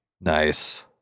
Nice